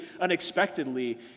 unexpectedly